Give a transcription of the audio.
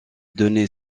donner